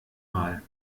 mal